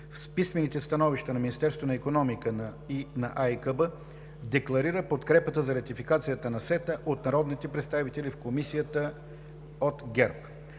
писмените становища на Министерството на икономиката и на АИКБ, декларира подкрепа за ратификация на СЕТА от народните представители в Комисията от ГЕРБ.